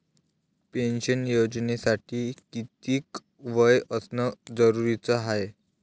Pension योजनेसाठी कितीक वय असनं जरुरीच हाय?